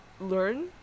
learn